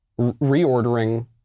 reordering